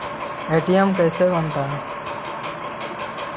ATM कैसे बनता?